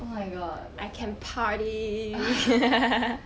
oh my god like